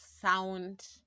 sound